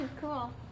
Cool